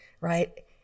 right